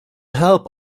help